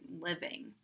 living